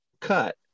cut